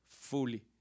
fully